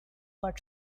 but